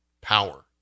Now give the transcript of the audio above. power